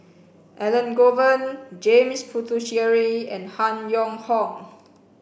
Elangovan James Puthucheary and Han Yong Hong